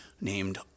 named